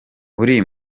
uri